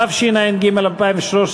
התשע"ג 2013,